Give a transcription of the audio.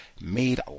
made